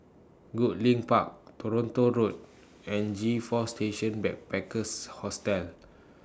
Goodlink Park Toronto Road and G four Station Backpackers Hostel